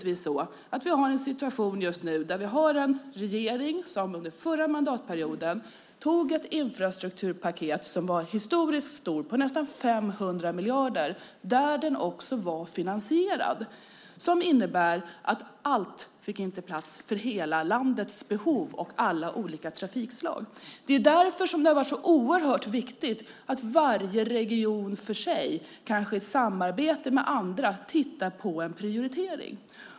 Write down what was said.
Vi har nu en regering som under förra mandatperioden antog ett infrastrukturpaket som var historiskt stort på nästan 500 miljarder som också var finansierat. Allt fick inte plats av hela landets behov och alla olika trafikslag. Det är därför det har varit så oerhört viktigt att varje region för sig, kanske i samarbete med andra, tittar på en prioritering.